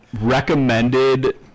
recommended